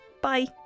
Bye